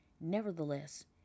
Nevertheless